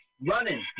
Running